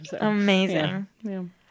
Amazing